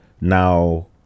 now